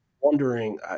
wondering